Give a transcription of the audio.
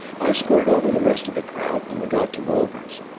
i scored over the rest of the crowd when we got to wolvers.